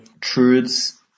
truths